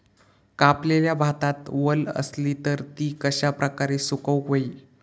कापलेल्या भातात वल आसली तर ती कश्या प्रकारे सुकौक होई?